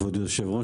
כבוד היושב-ראש,